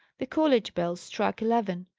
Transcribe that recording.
the college bell struck eleven,